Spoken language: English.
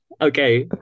Okay